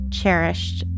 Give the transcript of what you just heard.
cherished